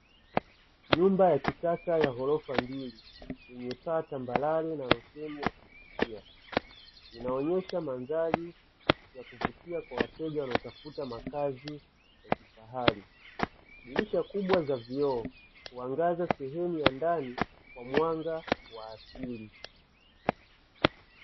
Nyumba ya kisasa ya ghorofa mbili imekaa tambarare na sehemu ya kuvutia, inaonyesha mandhari ya kuvutia kwa wateja wanaotafuta makazi ya kifahari. Dirisha kubwa za vioo huwangaza sehemu ya ndani kwa mwanga wa asili.